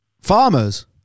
Farmers